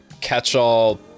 catch-all